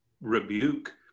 rebuke